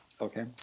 Okay